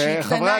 שהיא קטנה יותר,